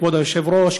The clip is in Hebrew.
כבוד היושב-ראש,